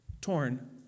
torn